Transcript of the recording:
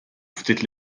ftit